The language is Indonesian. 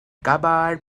kabar